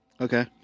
Okay